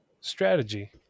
strategy